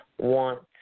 want